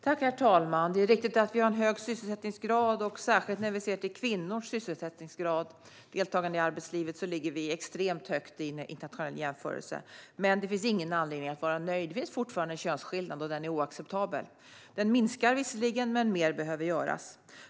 Herr talman! Det är riktigt att vi har en hög sysselsättningsgrad, och särskilt när vi ser på kvinnors sysselsättningsgrad och deltagande i arbetslivet ligger vi extremt högt vid en internationell jämförelse. Men det finns ingen anledning att vara nöjd. Det finns fortfarande en könsskillnad, och den är oacceptabel. Den minskar visserligen men mer behöver göras.